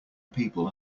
people